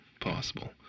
possible